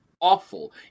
awful